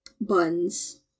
buns